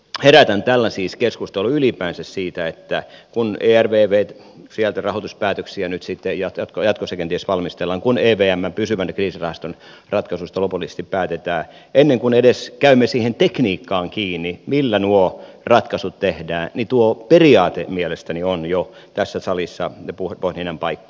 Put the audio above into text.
herätän tällä siis keskustelua ylipäänsä siitä että kun ervvstä rahoituspäätöksiä nyt jatkossa kenties valmistellaan kun evmn pysyvän kriisirahaston ratkaisuista lopullisesti päätetään ennen kuin edes käymme siihen tekniikkaan kiinni millä nuo ratkaisut tehdään niin jo tuo periaate mielestäni on tässä salissa pohdinnan paikka